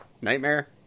Nightmare